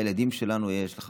לילדים שלנו יש קו כשר,